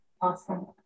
Awesome